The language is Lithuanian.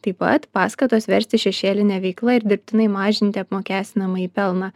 taip pat paskatos verstis šešėline veikla ir dirbtinai mažinti apmokestinamąjį pelną